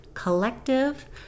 collective